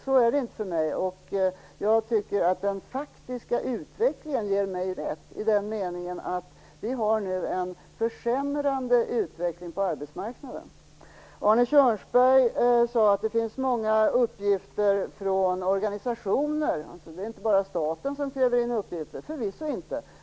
Så är det inte för mig, och jag tycker att den faktiska utvecklingen ger mig rätt i den meningen att vi nu har en försämrande utveckling på arbetsmarknaden. Arne Kjörnsberg sade att det finns många uppgifter från organisationer, och att det inte bara är staten som kräver in uppgifter. Förvisso inte.